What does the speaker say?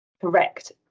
Correct